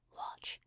watch